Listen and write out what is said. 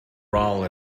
brawl